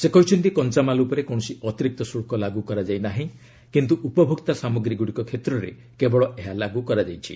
ସେ କହିଛନ୍ତି କଞ୍ଚାମାଲ ଉପରେ କୌଣସି ଅତିରିକ୍ତ ଶୁଳ୍କ ଲାଗୁ କରାଯାଇ ନାହିଁ କିନ୍ତୁ ଉପଭୋକ୍ତା ସାମଗ୍ରୀଗୁଡ଼ିକ କ୍ଷେତ୍ରରେ କେବଳ ଏହା ଲାଗୁ କରାଯାଇଛି